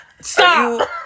Stop